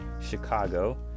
Chicago